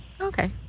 okay